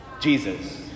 Jesus